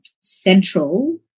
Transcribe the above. central